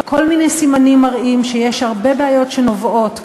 כל מיני סימנים מראים שיש הרבה בעיות שנובעות,